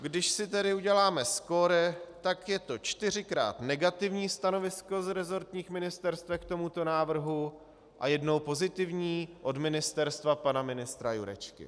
Když si tedy uděláme skóre, tak je to čtyřikrát negativní stanovisko z resortních ministerstev k tomuto návrhu a jednou pozitivní od ministerstva pana ministra Jurečky.